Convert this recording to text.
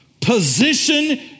Position